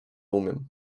umiem